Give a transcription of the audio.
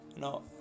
no